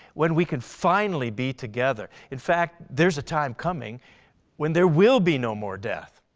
when we can finally be together. in fact there's a time coming when there will be no more death.